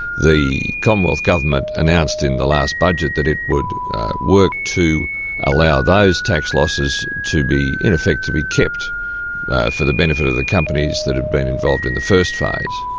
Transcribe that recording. the commonwealth government announced in the last budget that it would work to allow those tax losses to be, in effect, to be kept for the benefit of the companies that had been involved in the first phase.